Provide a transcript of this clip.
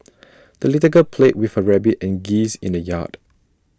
the little girl played with her rabbit and geese in the yard